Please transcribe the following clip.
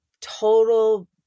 total